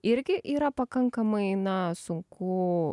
irgi yra pakankamai na sunku